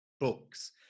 books